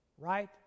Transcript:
Right